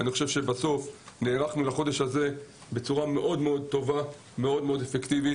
אני חושב שבסוף נערכנו לחודש הזה בצורה מאוד טובה ואפקטיבית.